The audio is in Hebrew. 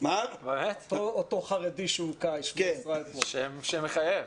אותו חרדי שהוכה, שמו ישראל פורוש.